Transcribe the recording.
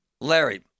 Larry